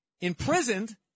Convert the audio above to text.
imprisoned